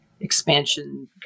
expansion